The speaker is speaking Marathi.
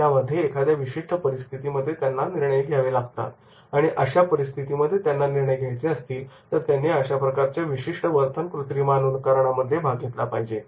त्यामध्ये एका विशिष्ट परिस्थितीमध्ये त्यांना निर्णय घ्यावे लागतात आणि अशा परिस्थितीमध्ये त्यांना निर्णय घ्यायचे असतील तर त्यांनी अशा प्रकारच्या विशिष्ट वर्तन कृत्रिमानुकरणमध्ये भाग घेतला पाहिजे